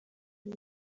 iyi